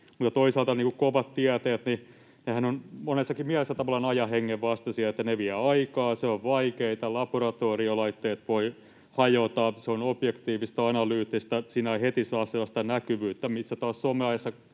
toisaalta kovat tieteethän ovat monessakin mielessä tavallaan ajan hengen vastaisia, koska ne vievät aikaa, työ on vaikeata, laboratoriolaitteet voivat hajota, se on objektiivista ja analyyttistä. Siinä ei heti saa sellaista näkyvyyttä, kun taas someajassa